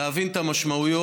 להבין את המשמעויות.